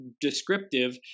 descriptive